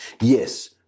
Yes